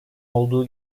olduğu